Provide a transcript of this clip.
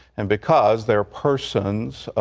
and because they're persons,